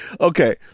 Okay